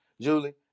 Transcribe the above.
julie